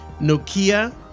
Nokia